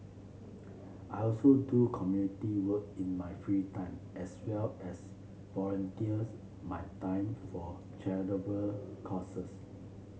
I also do community work in my free time as well as volunteers my time for charitable causes